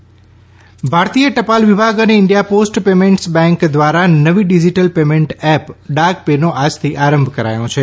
ડાક pay ભારતીય ટપાલ વિભાગ અને ઇન્ડિયા પોસ્ટ પેમેન્ટ્સ બેન્ક દ્વારા નવી digital payment app Dak pay નો આજથી આરંભ કરાયો છે